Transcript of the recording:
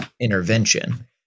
intervention